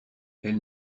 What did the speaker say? elle